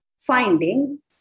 finding